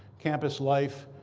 campus life,